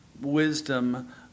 wisdom